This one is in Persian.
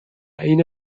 این